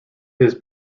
his